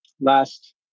last